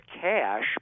cash